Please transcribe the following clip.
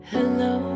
Hello